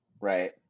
right